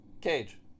cage